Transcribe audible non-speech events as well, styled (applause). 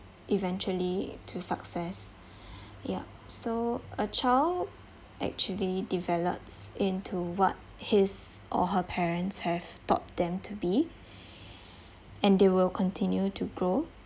eventually to success (breath) ya so a child actually develops into what his or her parents have taught them to be and they will continue to grow